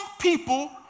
people